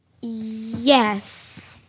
Yes